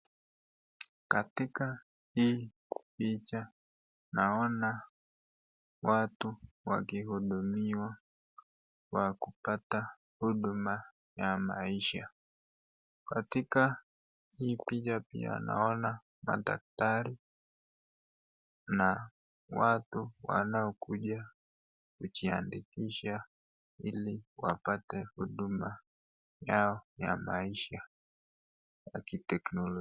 Katika hii picha naona watu wakihudumiwa wa kupata huduma ya maisha. Katika hii picha pia naona madaktari na watu wanaokuja kujiandikisha ili wapate huduma yao ya maisha ya kiteknolojia.